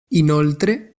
inoltre